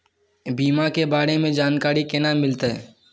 बीमा के बारे में जानकारी केना मिलते?